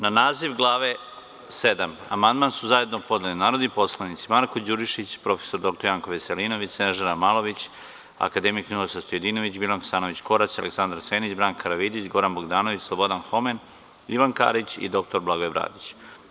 Na naziv glave VII amandman su zajedno podneli narodni poslanici Marko Đurišić, prof. dr Janko Veselinović, Snežana Malović, akademik Ninoslav Stojadinović, Biljana Hasanović Korać, Aleksandar Senić, Branka Karavidić, Goran Bogdanović, Slobodan Homen, Ivan Karić i dr Blagoje Bradić.